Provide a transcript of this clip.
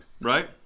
right